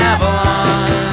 Avalon